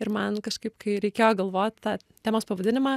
ir man kažkaip kai reikėjo galvot tą temos pavadinimą